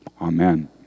Amen